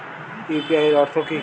UPI এর অর্থ কি?